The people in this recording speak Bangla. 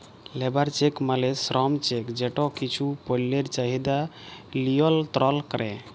লেবার চেক মালে শ্রম চেক যেট কিছু পল্যের চাহিদা লিয়লত্রল ক্যরে